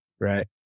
right